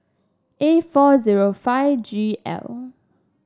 A four zero five G L